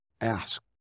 Ask